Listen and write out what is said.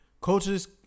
coaches